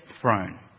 throne